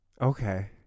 Okay